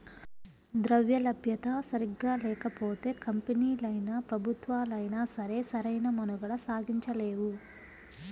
ద్రవ్యలభ్యత సరిగ్గా లేకపోతే కంపెనీలైనా, ప్రభుత్వాలైనా సరే సరైన మనుగడ సాగించలేవు